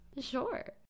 Sure